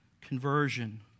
conversion